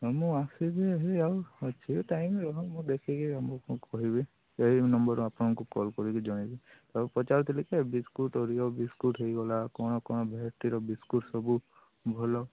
ନାଇଁ ମୁଁ ଆସିଛି ଅଛି ଆଉ ଅଛି ତ ଟାଇମ୍ ରହ ମୁଁ ଦେଖିକି ଆମକୁ କ'ଣ କହିବି ଏଇ ନମ୍ବର୍ରୁ ଆପଣଙ୍କୁ କଲ୍ କରିକି ଜଣେଇବି ଆଉ ପଚାରୁଥିଲି କି ଆଉ ବିସ୍କୁଟ୍ ଓରିଓ ବିସ୍କୁଟ୍ ହୋଇଗଲା କ'ଣ କ'ଣ ଭେରାଇଟିର ବିସ୍କୁଟ୍ ସବୁ ଭଲ